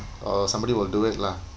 or somebody will do it lah